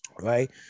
right